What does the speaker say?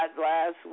last